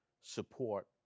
support